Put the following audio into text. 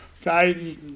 Okay